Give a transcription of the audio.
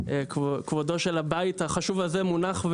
שכמובן כבודו של הבית החשוב הזה מונח,